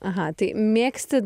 aha tai mėgsti